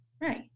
Right